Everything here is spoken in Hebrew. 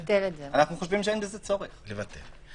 אנו חושבים שאין בזה צורך, ב-15.